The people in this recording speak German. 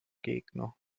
gegner